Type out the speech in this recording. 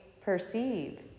perceive